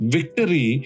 Victory